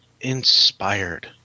inspired